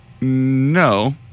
No